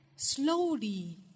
Slowly